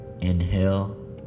Inhale